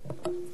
כן.